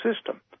system